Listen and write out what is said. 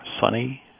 sunny